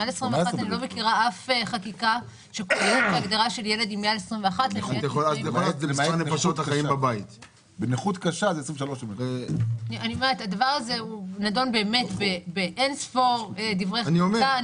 אני לא מכירה אף חקיקה שכוללת הגדרה של ילד היא מעל 21. בנכות קשה זה 23. הדבר הזה נדון באין ספור דברי חקיקה.